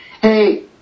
Hey